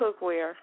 cookware